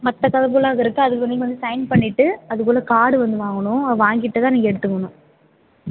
மற்ற கதை புக்கெலாம் இருக்குது அதுக்கு நீங்கள் வந்து சைன் பண்ணிவிட்டு அதுக்குள்ளே கார்டு ஒன்று வாங்கணும் வாங்கிவிட்டுதான் நீங்கள் எடுத்துக்கணும்